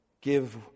give